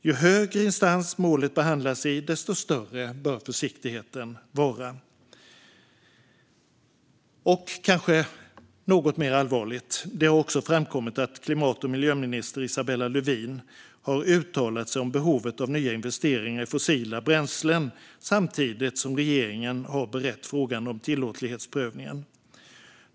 Ju högre instans målet behandlas i, desto större bör försiktigheten vara. Kanske något mer allvarligt är det att det har framkommit att klimat och miljöminister Isabella Lövin har uttalat sig om behovet av nya investeringar i fossila bränslen samtidigt som regeringen har berett frågan om tillåtlighetsprövningen.